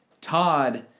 Todd